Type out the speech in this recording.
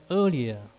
earlier